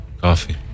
coffee